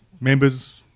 members